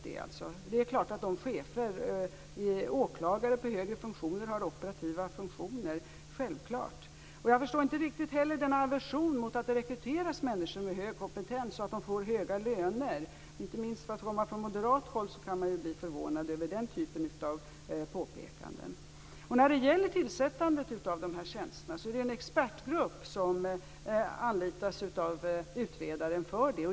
Det är klart att chefer och åklagare i högre befattningar har operativa funktioner, självfallet. Jag förstår inte heller aversionen mot att det rekryteras människor med hög kompetens och att de får höga löner. Inte minst för att detta kommer från moderat håll blir man förvånad över den typen av påpekanden. När det gäller tillsättandet av tjänsterna har utredaren anlitat en expertgrupp.